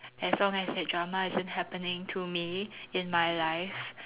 as long as that drama isn't happening to me in my life